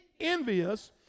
envious